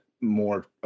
more